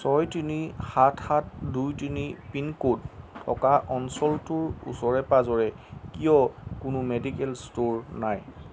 ছয় তিনি সাত সাত দুই তিনি পিনক'ড থকা অঞ্চলটোৰ ওচৰে পাঁজৰে কিয় কোনো মেডিকেল ষ্ট'ৰ নাই